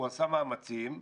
הוא עשה מאמצים חלקיים.